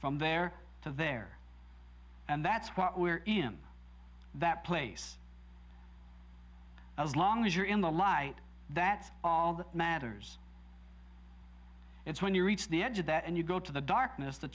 from there to there and that's what we're in that place as long as you're in the light that's all that matters it's when you reach the edge of that and you go to the darkness th